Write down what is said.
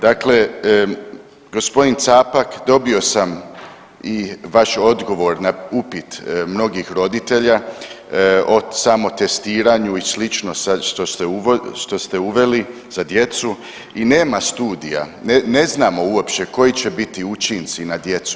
Dakle, gospodin Capak dobio sam i vaš odgovor na upit mnogih roditelja o samotestiranju i slično sad što ste uveli za djecu i nema studija ne znamo uopće koji će biti učinci na djecu.